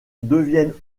deviennent